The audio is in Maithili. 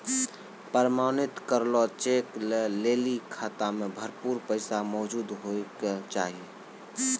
प्रमाणित करलो चेक लै लेली खाता मे भरपूर पैसा मौजूद होय के चाहि